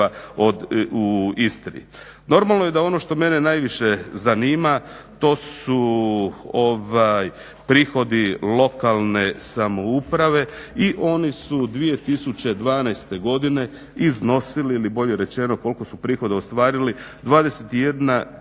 u Istri. Normalno je da ono što mene najviše zanima, to su prihodi lokalne samouprave i oni su 2012.godine iznosili ili bolje rečeno koliko su prihoda ostvarili 21